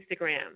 Instagram